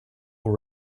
will